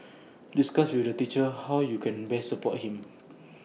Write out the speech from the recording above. discuss with the teacher how you can best support him